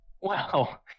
Wow